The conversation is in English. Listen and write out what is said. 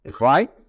right